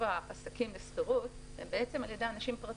העסקים לשכירות הם על ידי אנשים פרטיים.